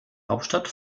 hauptstadt